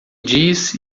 diz